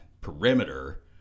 perimeter